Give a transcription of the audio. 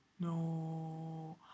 No